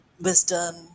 wisdom